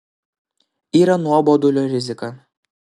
yra nuobodulio rizika